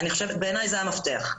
בעיניי זה המפתח.